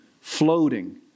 floating